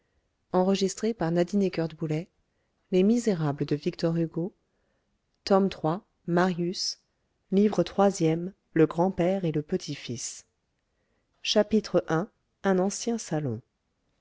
livre troisième le grand-père et le petit-fils chapitre i un ancien salon